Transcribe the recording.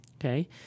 okay